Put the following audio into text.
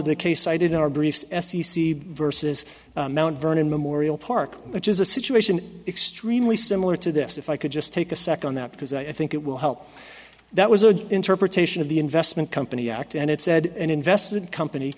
the case cited in our briefs f c c versus mount vernon memorial park which is a situation extremely similar to this if i could just take a second on that because i think it will help that was an interpretation of the investment company act and it said an investment company